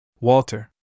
walter